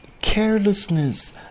Carelessness